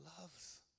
loves